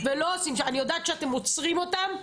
אני יודעת שאתם עוצרים אותם.